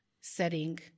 setting